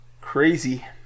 Crazy